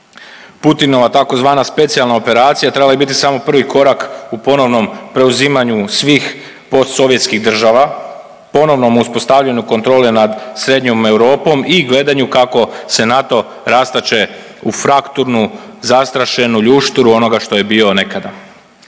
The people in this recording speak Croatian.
Putinova tzv. specijalna operacija trebala je biti samo prvi korak u ponovnom preuzimanju svih postsovjetskih država, ponovnom uspostavljenom kontrolom nad srednjom Europom i gledanju kako se NATO rastače u frakturnu zastrašenu ljušturu onoga što je bio nekada.